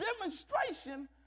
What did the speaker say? demonstration